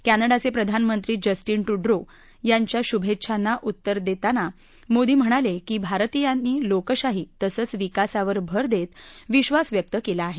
कॅनडाचे प्रधानमंत्री जस्टीन टूडो यांच्या शुभेच्छांना उत्तर देताना मोदी म्हणाले की भारतीयांनी लोकशाही तसंच विकासावर भर देत विश्वास व्यक्त केला आहे